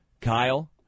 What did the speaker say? Kyle